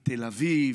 את תל אביב